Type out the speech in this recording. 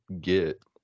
get